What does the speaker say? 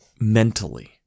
mentally